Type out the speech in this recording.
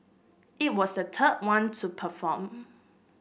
it was the third one to perform